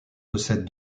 possède